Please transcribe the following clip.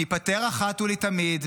ניפטר אחת ולתמיד,